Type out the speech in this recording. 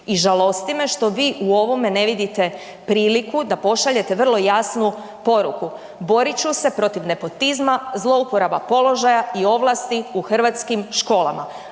I žalosti me što vi u ovome ne vidite priliku da pošaljete vrlo jasnu poruku, borit ću se protiv nepotizma, zlouporaba položaja i ovlasti u hrvatskim školama.